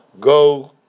go